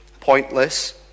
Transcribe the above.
pointless